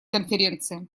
конференции